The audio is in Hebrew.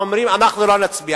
הם אומרים: אנחנו לא נצביע.